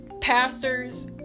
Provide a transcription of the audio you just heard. pastors